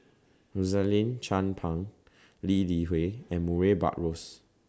Rosaline Chan Pang Lee Li Hui and Murray Buttrose